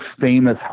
famous